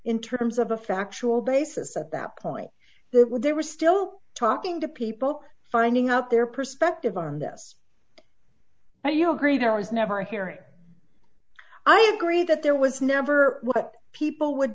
in terms of a factual basis at that point they were they were still talking to people finding out their perspective on this now you agree there was never a hearing i agree that there was never what people would